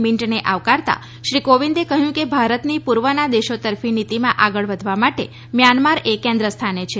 મીન્ટને આવકારતા શ્રી કોવિંદે કહ્યું કે ભારતની પૂર્વના દેશો તરફી નીતિમાં આગળ વધવા માટે મ્યાનમાર એ કેન્દ્ર સ્થાને છે